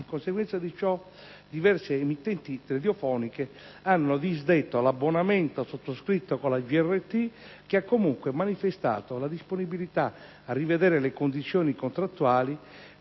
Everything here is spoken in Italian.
in conseguenza di ciò, diverse emittenti radiofoniche hanno disdetto l'abbonamento sottoscritto con la GRT, che ha comunque manifestato la disponibilità a rivedere le condizioni contrattuali,